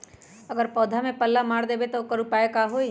अगर पौधा में पल्ला मार देबे त औकर उपाय का होई?